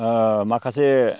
माखासे